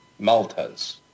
Maltas